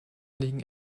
liegen